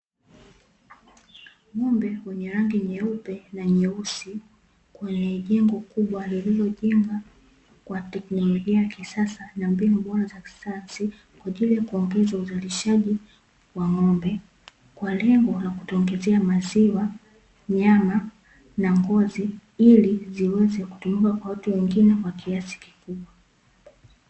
Ng'ombe wenye rangi nyeupe na nyeusi kwenye jengo kubwa lililo jengwa kwa teknolojia ya kisasa na mbinu bora za kiyansi, kwa ajili ya kuongeza uzalishaji wa ng'ombe, kwa lengo la kutuongezea maziwa nyama na ngozi ili ziweze kutumika kwa watu wengine kwa kiasi kikubwa.